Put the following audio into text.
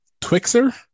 Twixer